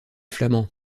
flamands